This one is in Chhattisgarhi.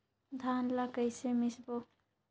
धान ला कइसे मिसबो?